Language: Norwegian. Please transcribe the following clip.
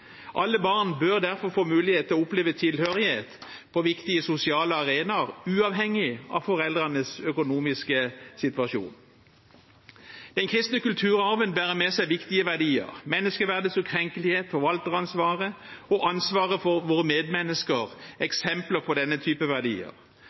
Alle barn bør derfor få mulighet til å oppleve tilhørighet på viktige sosiale arenaer, uavhengig av foreldrenes økonomiske situasjon. Den kristne kulturarven bærer med seg viktige verdier. Menneskeverdets ukrenkelighet, forvalteransvaret og ansvaret for våre medmennesker